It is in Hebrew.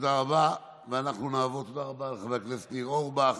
תודה רבה לחבר הכנסת ניר אורבך.